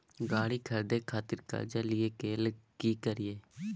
गाड़ी खरीदे खातिर कर्जा लिए के लेल की करिए?